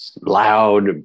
loud